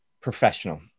professional